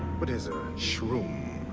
what is a shroom?